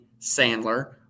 Sandler